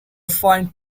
find